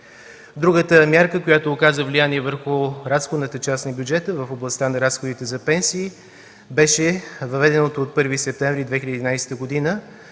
Другата мярка, която оказа влияние върху разходната част на бюджета в областта на разходите за пенсии, беше въведеното от 1 септември 2011 г.